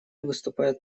выступает